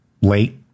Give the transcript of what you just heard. late